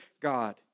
God